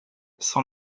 sans